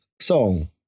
song